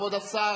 כבוד השר,